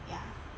ya